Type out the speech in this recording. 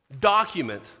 document